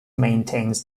maintains